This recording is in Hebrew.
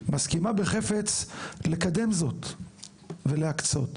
מסכימה בחפץ לקדם זאת ולהקצות.